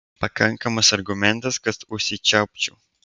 pakankamas argumentas kad užsičiaupčiau